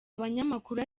abanyamakuru